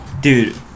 Dude